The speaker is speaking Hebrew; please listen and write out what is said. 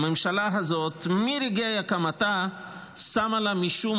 הממשלה הזאת מרגעי הקמתה שמה לה משום